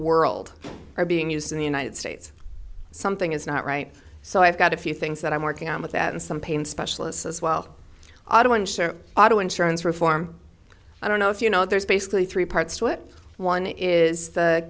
world are being used in the united states something is not right so i've got a few things that i'm working on with that and some pain specialists as well auto insurance auto insurance reform i don't know if you know there's basically three parts to it one is the